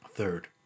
Third